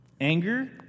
Anger